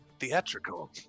Theatrical